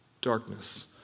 darkness